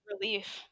relief